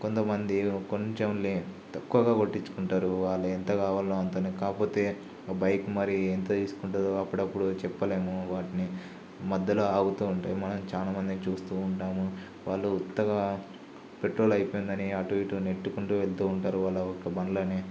కొంతమంది కొంచెం లే తక్కువగా కొట్టించుకుంటరు వాళ్ళెంత కావలనో అంతనే కాపోతే ఒక బైక్ మరి ఎంత తీసుకుంటుందో అప్పుడప్పుడు చెప్పలేము వాటిని మధ్యలో ఆగుతూ ఉంటాయి మనం చాలా మందిని చూస్తూ ఉంటాము వాళ్ళు ఉత్తగా పెట్రోల్ అయిపోయిందని అటు ఇటు నెట్టుకుంటూ వెళ్తూ ఉంటారు వాళ్ళ యొక్క బండ్లని